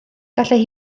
gallai